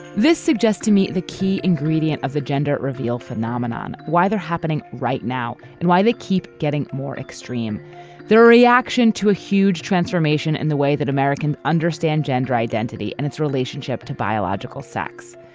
this suggests to me the key ingredient of the gender reveal phenomenon why they're happening right now and why they keep getting more extreme their reaction to a huge transformation in the way that americans understand gender identity and its relationship to biological sex.